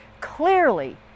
clearly